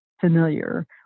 familiar